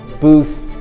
Booth